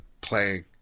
playing